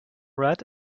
red